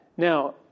Now